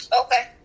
Okay